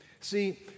See